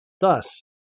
Thus